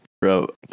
bro